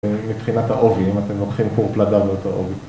מבחינת העובי אם אתם לוקחים כור פלדה באותו עובי